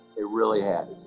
it really has.